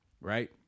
Right